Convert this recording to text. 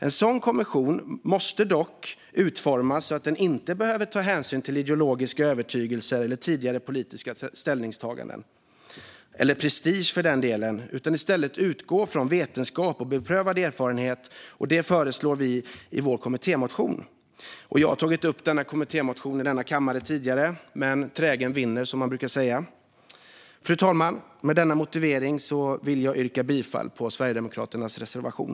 En sådan kommission måste dock utformas så att den inte behöver ta hänsyn till ideologiska övertygelser eller tidigare politiska ställningstaganden - eller prestige, för den delen. I stället ska den utgå från vetenskap och beprövad erfarenhet. Detta föreslår vi i vår kommittémotion. Jag har tagit upp denna kommittémotion i kammaren tidigare, men trägen vinner, som man brukar säga. Fru talman! Med denna motivering yrkar jag bifall till Sverigedemokraternas reservation.